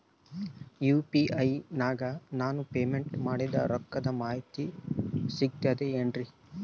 UPI ನಾಗ ನಾನು payment ಮಾಡಿದ ರೊಕ್ಕದ ಮಾಹಿತಿ ಸಿಕ್ತದೆ ಏನ್ರಿ?